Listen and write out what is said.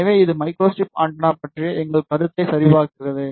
எனவே இது microstrip antenna பற்றிய எங்கள் கருத்தை சரிபார்க்கிறது